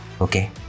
Okay